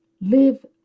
live